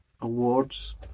awards